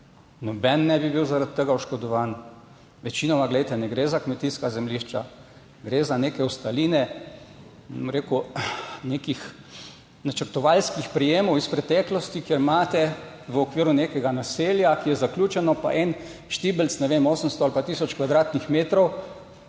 Noben ne bi bil zaradi tega oškodovan. Večinoma, glejte, ne gre za kmetijska zemljišča, gre za neke ostaline, bom rekel, nekih načrtovalskih prijemov iz preteklosti, ker imate v okviru nekega naselja, ki je zaključeno, pa en štibelc, ne vem, 800 ali pa tisoč kvadratnih metrov